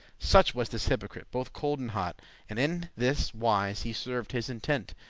such was this hypocrite, both cold and hot and in this wise he served his intent,